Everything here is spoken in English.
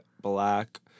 black